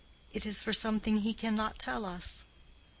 it is for something he cannot tell us.